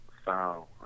foul